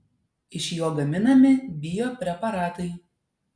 iš jo gaminami biopreparatai